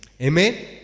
Amen